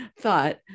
thought